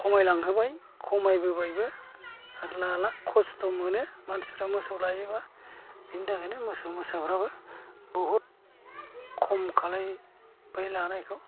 खमायलांहोबाय खमायबोबायबो आरो लाला खस्थ' मोनो मानसिफ्रा मोसौ लायोब्ला बिनि थाखायनो मोसौ मोसाफ्राबो बुहुथ खम खालायो बै लानायखौ